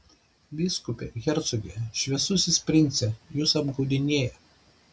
vyskupe hercoge šviesusis prince jus apgaudinėja